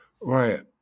right